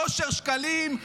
--- אושר שקלים,